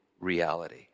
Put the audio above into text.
Reality